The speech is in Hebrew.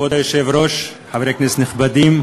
כבוד היושב-ראש, חברי כנסת נכבדים,